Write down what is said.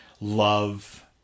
love